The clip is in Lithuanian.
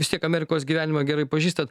vis tiek amerikos gyvenimą gerai pažįstat